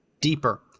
deeper